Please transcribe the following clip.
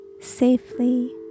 Safely